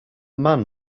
man